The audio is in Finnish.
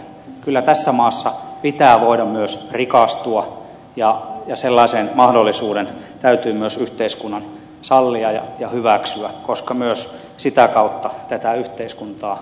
kyllä tässä maassa pitää voida myös rikastua ja sellainen mahdollisuus täytyy myös yhteiskunnan sallia ja hyväksyä koska myös sitä kautta tätä yhteiskuntaa rakennetaan